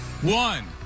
one